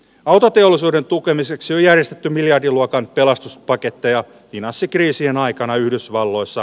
autoteollisuuden tukemiseksi järjestetty miljardiluokan pelastuspaketteja finanssikriisien aikana yhdysvalloissa